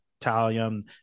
Talium